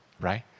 right